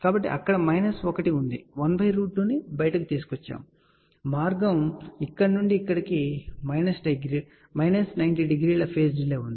కాబట్టి అక్కడ మైనస్ 1 ఉంది 12 ను బయటకు తీసుకు వచ్చాము మార్గం ఇక్కడ నుండి ఇక్కడకు మైనస్ 90 డిగ్రీల పేజ్ డిలే ఉంది